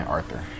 Arthur